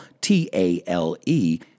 T-A-L-E